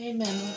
Amen